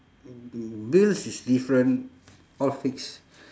bills is different all fixed